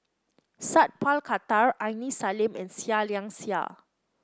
Sat Pal Khattar Aini Salim and Seah Liang Seah